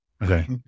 Okay